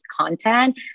content